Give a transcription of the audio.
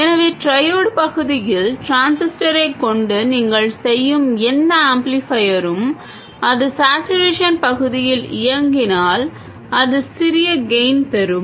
எனவே ட்ரையோட் பகுதியில் டிரான்சிஸ்டரைக் கொண்டு நீங்கள் செய்யும் எந்தப் ஆம்ப்ளிஃபையரும் அது சேட்சுரேஷன் பகுதியில் இயங்கினால் அது சிறிய கெய்ன் பெறும்